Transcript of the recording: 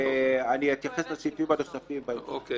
אני אתייחס לסעיפים הנוספים בהמשך.